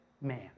man